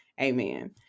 amen